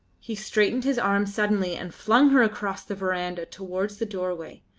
he straightened his arm suddenly and flung her across the verandah towards the doorway,